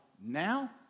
now